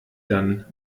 dann